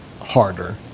harder